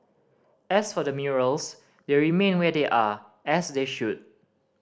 as for the murals they remain where they are as they should